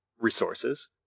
resources